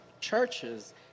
churches